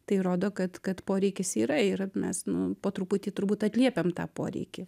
tai rodo kad kad poreikis yra ir mes po truputį turbūt atliepiam tą poreikį